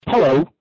Hello